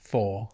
Four